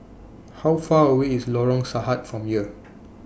How Far away IS Lorong Sahad from here